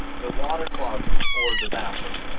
the water closet, or the bathroom,